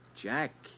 Jack